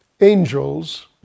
angels